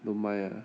don't mind ah